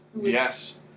Yes